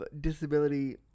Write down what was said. disability